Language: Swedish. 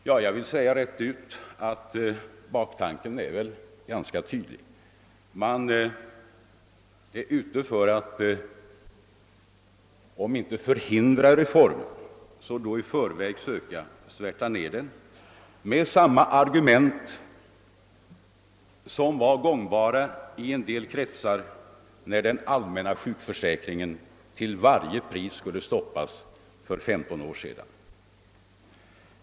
Jag vill säga rent ut att jag tycker baktanken är ganska tydlig; man är ute för att om inte förhindra reformens genomförande så i alla fall i förväg försöka svärta ned den med samma argument som de som för 15 år sedan var gångbara i en del kretsar när den allmänna sjukförsäkringen till varje pris skulle stoppas.